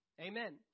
Amen